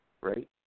right